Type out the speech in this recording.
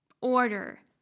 order